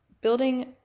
building